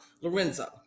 lorenzo